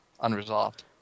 unresolved